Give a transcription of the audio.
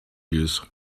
juice